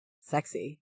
sexy